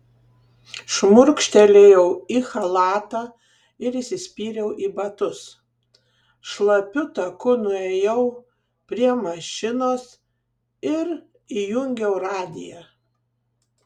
šmurkštelėjau į chalatą ir įsispyriau į batus šlapiu taku nuėjau prie mašinos ir įjungiau radiją